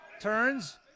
turns